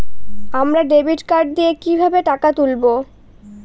আমরা debit card দিয়ে কিভাবে টাকা তুলবো?